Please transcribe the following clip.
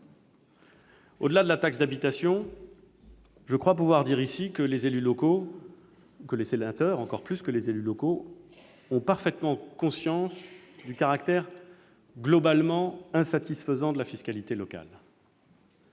Au-delà de la taxe d'habitation, je crois pouvoir dire ici que les élus locaux, que les sénateurs encore plus que les élus locaux ont parfaitement conscience du caractère globalement insatisfaisant de la fiscalité locale.